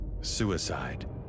suicide